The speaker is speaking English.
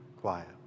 quiet